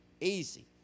easy